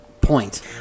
point